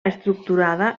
estructurada